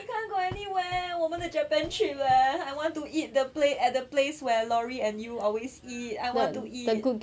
we can't go anywhere 我们的 japan trip leh I want to eat the play at the place where lori and you always eat I want to eat